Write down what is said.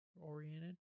oriented